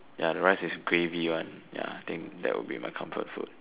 ya the rice with gravy one ya I think that would be my comfort food